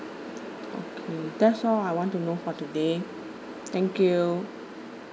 okay that's all I want to know for today thank you